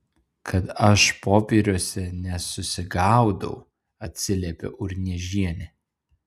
kad aš popieriuose nesusigaudau atsiliepė urniežienė